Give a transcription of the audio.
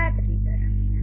રાત્રિ દરમિયાન